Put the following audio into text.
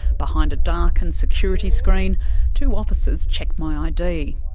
behind a darkened security screen two officers check my id.